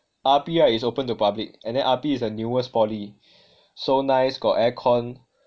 R_P right is open to public and then right R_P is the newest poly so nice got aircon